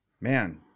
Man